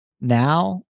now